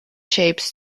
shapes